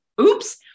oops